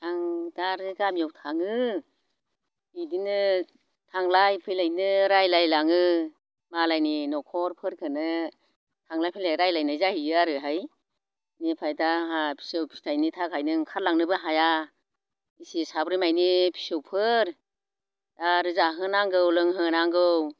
आं दा आरो गामियाव थाङो बिदिनो थांलाय फैलायनो रायज्लायलाङो मालायनि न'खरफोरखौनो थांलाय फैलाय रायज्लायनाय जाहैयो आरोहाय बेनिफ्राय दा आंहा फिसौ फिथाइनि थाखायनो ओंखारलांनोबो हाया एसे साब्रैमानि फिसौफोर आरो जाहोनांगौ लोंहोनांगौ